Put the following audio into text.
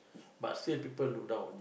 but still people look down on you